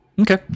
Okay